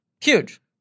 Huge